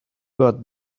got